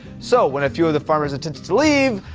so when a few of the farmers attempted to leave,